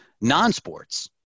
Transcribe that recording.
non-sports